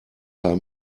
paar